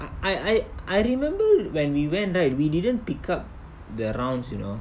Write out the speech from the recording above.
I I I I remember when we went there we didn't pick up the rounds you know